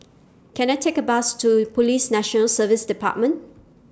Can I Take A Bus to Police National Service department